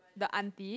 the auntie